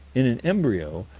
in an embryo,